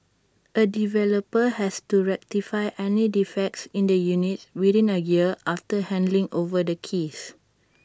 A developer has to rectify any defects in the units within A year after handing over the keys